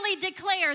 declare